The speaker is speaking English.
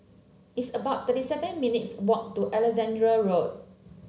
it's about thirty seven minutes' walk to Alexandra Road